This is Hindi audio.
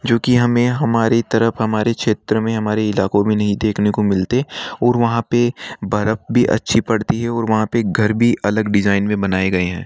जो कि हमें हमारी तरफ़ हमारे क्षेत्र में हमारे इलाकों में नहीं देखने को मिलते और वहाँ पे बर्फ़ भी अच्छी पड़ती है और वहाँ पे घर भी अलग डिज़ाइन में बनाए गए हैं